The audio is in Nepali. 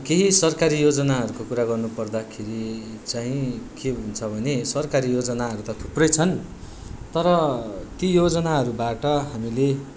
केही सरकारी योजनाहरूको कुरा गर्नु पर्दाखेरि चाहिँ के हुन्छ भने सरकारी योजनाहरू त थुप्रै छन् तर ती योजनाहरूबाट हामीले